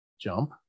jump